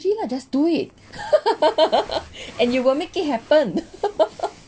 strategy lah just do it and you will make it happen